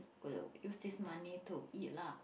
will use this money to eat lah